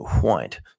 white